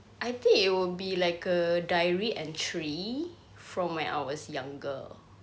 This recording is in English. I think it'll be like a diary entry from when I was younger